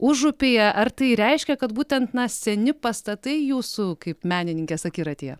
užupyje ar tai reiškia kad būtent na seni pastatai jūsų kaip menininkės akiratyje